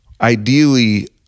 ideally